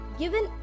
given